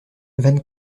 van